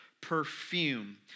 perfume